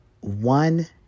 one